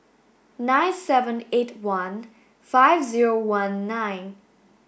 nine seven eight one five zero one nine